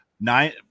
nine